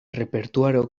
repertuaro